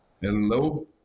Hello